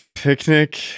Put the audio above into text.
Picnic